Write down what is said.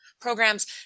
programs